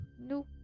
nope